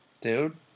dude